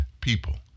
people